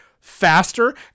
faster